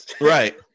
Right